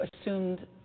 assumed